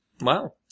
Wow